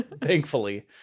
thankfully